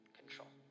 control